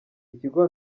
ikigo